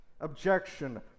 objection